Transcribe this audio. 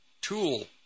tool